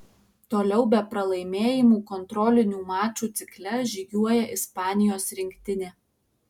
toliau be pralaimėjimų kontrolinių mačų cikle žygiuoja ispanijos rinktinė